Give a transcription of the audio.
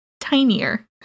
Tinier